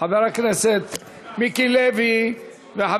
חבר הכנסת ישראל אייכלר.